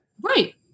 Right